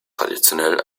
traditionell